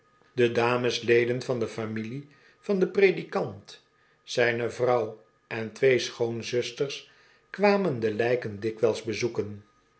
de damesdeden van de familie van den predikant zijne vrouw en twee schoonzusters kwamen de lijken dikwijls bezoeken